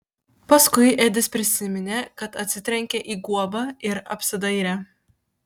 paskui edis prisiminė kad atsitrenkė į guobą ir apsidairė